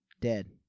Dead